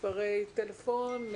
מספרי טלפון,